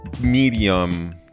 medium